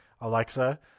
Alexa